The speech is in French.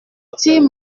retire